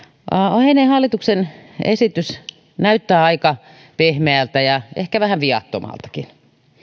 oheinen hallituksen esitys näyttää aika pehmeältä ja ehkä vähän viattomaltakin